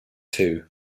too